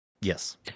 yes